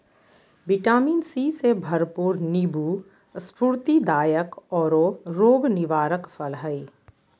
vitamin C से भरपूर नीबू स्फूर्तिदायक औरो रोग निवारक फल हइ